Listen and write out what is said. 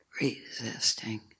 resisting